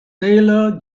taylor